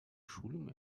schulung